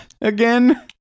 again